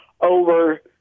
over